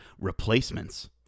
Replacements